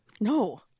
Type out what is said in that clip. No